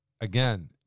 Again